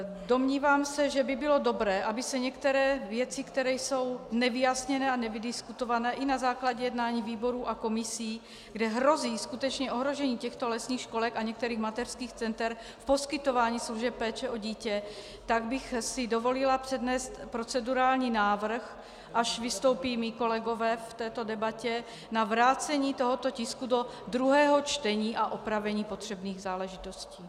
Domnívám se, že by bylo dobré, aby některé věci, které jsou nevyjasněné a nevydiskutované i na základě jednání výborů a komisí, kde hrozí skutečně ohrožení těchto lesních školek a některých mateřských center, poskytování služeb péče o dítě, tak bych si dovolila přednést procedurální návrh, až vystoupí mí kolegové v této debatě, na vrácení tohoto tisku do druhého čtení a opravení potřebných záležitostí.